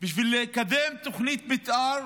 לוקח שנים לקדם תוכנית מתאר.